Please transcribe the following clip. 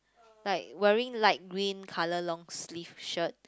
like wearing light green colour long sleeve shirt